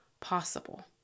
possible